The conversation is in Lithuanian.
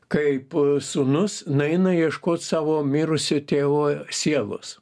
kaip sūnus nueina ieškot savo mirusio tėvo sielos